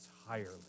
entirely